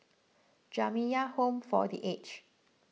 Jamiyah Home for the Aged